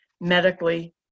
medically